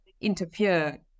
interfere